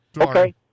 Okay